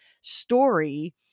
story